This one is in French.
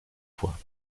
fois